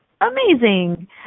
amazing